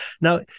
Now